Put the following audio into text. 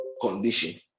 condition